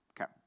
Okay